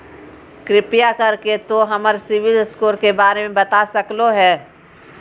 कृपया कर के तों हमर सिबिल स्कोर के बारे में बता सकलो हें?